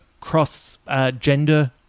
cross-gender